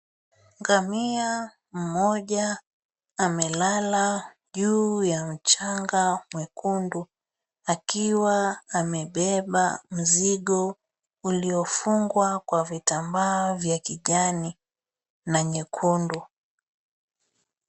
Ngamia mmoja amelala juu ya mchanga mwekundu, akiwa amebeba mzigo uliofungwa kwa vitambaa wa kijani na nyekundu.